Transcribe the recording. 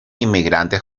inmigrantes